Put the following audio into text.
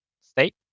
state